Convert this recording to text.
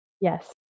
Yes